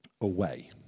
away